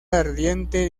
ardiente